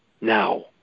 Now